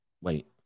Wait